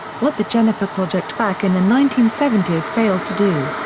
what the jennifer project back in the nineteen seventy s failed to do.